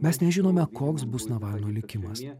mes nežinome koks bus navalno likimas